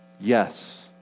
Yes